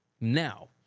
Now